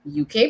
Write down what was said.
UK